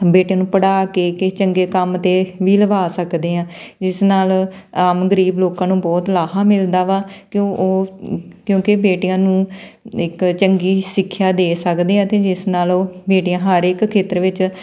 ਬੇਟੀਆਂ ਨੂੰ ਪੜ੍ਹਾ ਕੇ ਕਿਸੇ ਚੰਗੇ ਕੰਮ 'ਤੇ ਵੀ ਲਵਾ ਸਕਦੇ ਹਾਂ ਜਿਸ ਨਾਲ ਆਮ ਗਰੀਬ ਲੋਕਾਂ ਨੂੰ ਬਹੁਤ ਲਾਹਾ ਮਿਲਦਾ ਵਾ ਕਿਉਂ ਉਹ ਕਿਉਂਕਿ ਬੇਟੀਆਂ ਨੂੰ ਇੱਕ ਚੰਗੀ ਸਿੱਖਿਆ ਦੇ ਸਕਦੇ ਅਤੇ ਜਿਸ ਨਾਲ ਉਹ ਬੇਟੀਆਂ ਹਰ ਇੱਕ ਖੇਤਰ ਵਿੱਚ